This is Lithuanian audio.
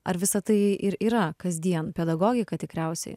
ar visa tai ir yra kasdien pedagogika tikriausiai